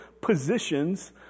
positions